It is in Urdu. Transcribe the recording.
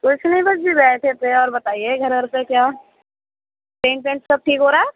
کچھ نہیں بس جی بیٹھے تھے اور بتائیے گھر ور پہ کیا پینٹ وینٹ سب ٹھیک ہو رہا ہے